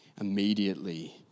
Immediately